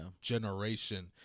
generation